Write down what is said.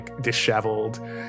disheveled